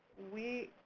we,